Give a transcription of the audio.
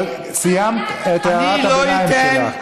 אבל סיימת את הערת הביניים שלך.